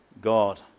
God